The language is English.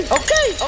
okay